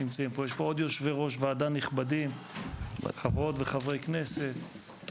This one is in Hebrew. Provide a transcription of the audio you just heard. ויושבי-ראש נכבדים וחברי וחברות כנסת,